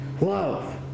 love